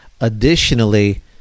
Additionally